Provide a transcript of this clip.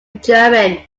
german